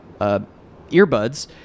earbuds